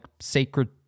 sacred